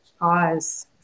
pause